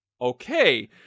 okay